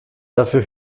dafür